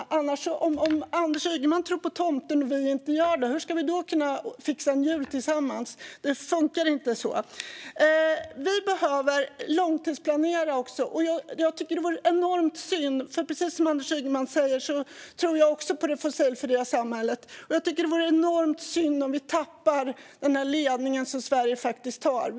Om Anders Ygeman tror på tomten och vi inte gör det, hur ska vi då kunna fixa en jul tillsammans? Det funkar inte så. Vi behöver långtidsplanera. Precis som Anders Ygeman tror jag på det fossilfria samhället, och jag tycker att det vore enormt synd om vi tappade den ledning som Sverige faktiskt har.